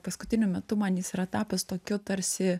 paskutiniu metu man jis yra tapęs tokiu tarsi